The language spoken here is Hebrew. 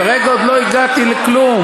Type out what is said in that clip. כרגע עוד לא הגעתי לכלום.